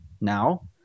now